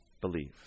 believe